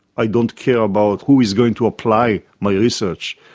i don't care about who is going to apply my research,